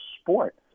sport